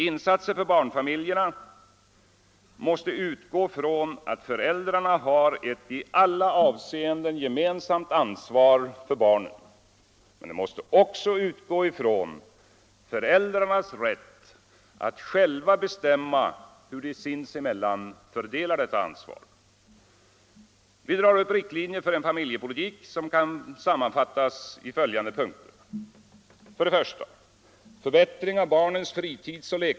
Insatser för barnfamiljerna måste utgå från att föräldrarna har ett i alla avseenden gemensamt ansvar för barnen, men de måste också utgå från föräldrarnas rätt att själva bestämma hur de sinsemellan fördelar detta ansvar. Vi drar upp riktlinjer för en familjepolitik som kan sammanfattas i följande punkter. 2.